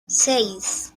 seis